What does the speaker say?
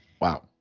wow